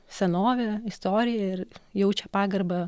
senovę istoriją ir jaučia pagarbą